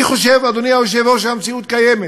אני חושב, אדוני היושב-ראש, שבמציאות הקיימת,